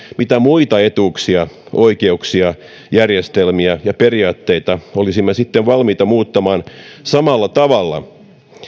mitä muita etuuksia oikeuksia järjestelmiä ja periaatteita olisimme sitten valmiita muuttamaan samalla tavalla